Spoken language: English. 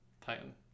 Titan